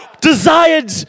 desired